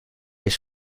his